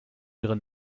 ihre